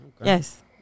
Yes